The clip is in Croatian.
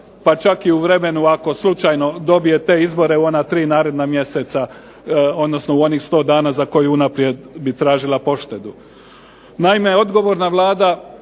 pa čak i u vremenu ako slučajno dobije te izbore u ona tri naredna mjeseca, odnosno u onih 100 dna za koje unaprijed bi tražila poštedu. Naime, odgovorna Vlada